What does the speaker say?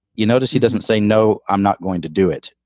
you notice he doesn't say, no, i'm not going to do it.